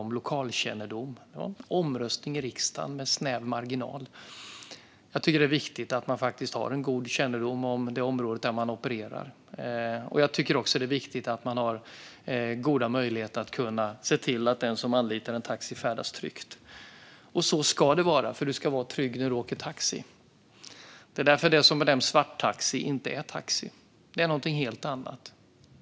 Det var en omröstning i riksdagen med snäv marginal. Jag tycker att det är viktigt att man faktiskt har en god kännedom om det område där man opererar, och jag tycker också att det är viktigt att vi har goda möjligheter att kunna se till att den som anlitar en taxi färdas tryggt. Så ska det vara, för du ska vara trygg när du åker taxi. Det är därför svarttaxi inte är taxi utan någonting helt annat.